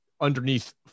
underneath